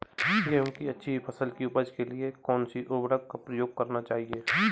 गेहूँ की अच्छी फसल की उपज के लिए कौनसी उर्वरक का प्रयोग करना चाहिए?